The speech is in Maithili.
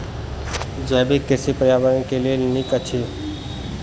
जैविक कृषि पर्यावरण के लेल नीक अछि